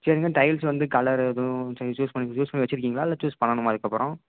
சரிங்க டைல்ஸ் வந்து கலர் ஏதும் சூஸ் பண்ணி சூஸ் பண்ணி வைச்சிருக்கீங்களா இல்லை சூஸ் பண்ணணுமா இதுக்கப்புறம்